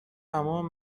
تمام